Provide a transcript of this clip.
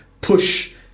push